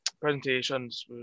presentations